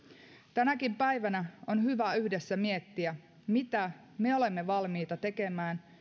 tänäkin päivänä on hyvä yhdessä miettiä mitä me olemme valmiita tekemään